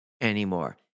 anymore